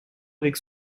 avec